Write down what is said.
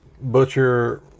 butcher